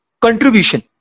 contribution